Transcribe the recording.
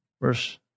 verse